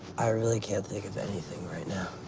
i really can't think of anything right now.